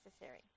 necessary